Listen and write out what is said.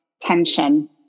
tension